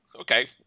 Okay